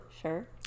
Sure